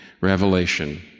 Revelation